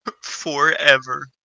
Forever